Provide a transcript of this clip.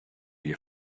you